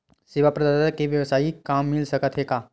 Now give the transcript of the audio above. सेवा प्रदाता के वेवसायिक काम मिल सकत हे का?